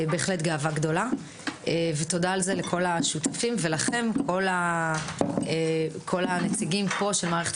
בהחלט גאווה גדולה ותודה לכל השותפים ולכם כל הנציגים של מערכת